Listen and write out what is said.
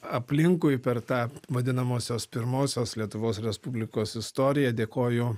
aplinkui per tą vadinamosios pirmosios lietuvos respublikos istoriją dėkoju